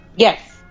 Yes